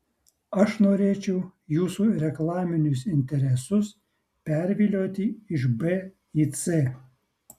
aš norėčiau jūsų reklaminius interesus pervilioti iš b į c